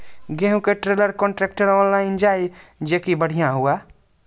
गेहूँ का trailer contractor online जाए जैकी बढ़िया हुआ